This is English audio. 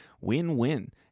Win-win